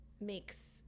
makes